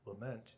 lament